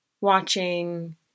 watching